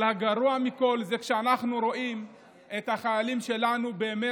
הגרוע מכול זה כשאנחנו רואים את החיילים שלנו בימי